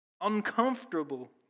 Uncomfortable